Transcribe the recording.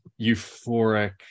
euphoric